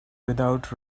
without